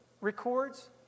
records